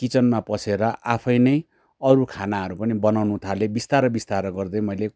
किचनमा पसेर आफै नै अरू खानाहरू पनि बनाउनु थाले बिस्तार बिस्तार गर्दै मैले